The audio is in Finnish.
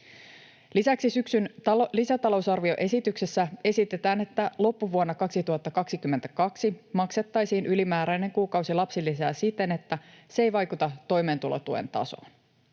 Lisäksi syksyn lisätalousarvioesityksessä esitetään, että loppuvuonna 2022 maksettaisiin ylimääräinen kuukausi lapsilisää siten, että se ei vaikuta toimeentulotuen tasoon.